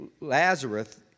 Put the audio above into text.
Lazarus